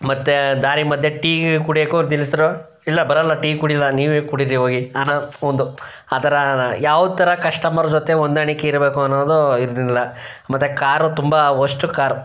ಮತ್ತು ದಾರಿ ಮಧ್ಯೆ ಟೀ ಕುಡಿಯಕ್ಕೂ ನಿಲ್ಸ್ದ್ರು ಇಲ್ಲ ಬರಲ್ಲ ಟೀ ಕುಡಿಯಲ್ಲ ನೀವೇ ಕುಡಿರಿ ಹೋಗಿ ಅನ್ನೋ ಒಂದು ಆ ಥರ ಯಾವ ಥರ ಕಸ್ಟಮರ್ ಜೊತೆ ಹೊಂದಾಣಿಕೆ ಇರಬೇಕು ಅನ್ನೋದು ಇರ್ಲಿಲ್ಲ ಮತ್ತು ಕಾರು ತುಂಬ ವರ್ಸ್ಟು ಕಾರು